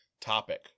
topic